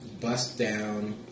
bust-down